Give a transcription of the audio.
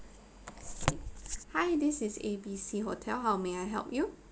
hi this is A_B_C hotel how may I help you